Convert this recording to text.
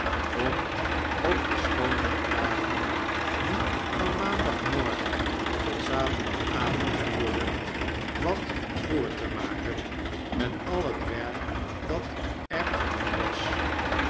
om op de schoonmaakdagen die van maandagmorgen tot zaterdagavond duurden wat voort te maken met al het werk dat er te doen was